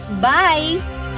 Bye